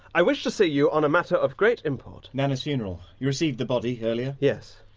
i wish to see you on a matter of great import. nana's funeral? you received the body earlier? yes,